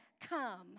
come